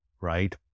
right